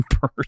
Bird